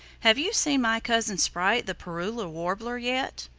have you seen my cousin sprite the parula warbler, yet?